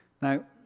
Now